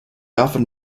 often